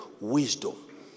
wisdom